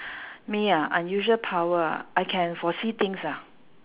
me ah unusual power ah I can foresee things ah